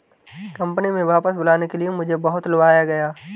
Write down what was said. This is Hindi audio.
कंपनी में वापस बुलाने के लिए मुझे बहुत लुभाया गया